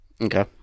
Okay